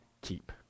keep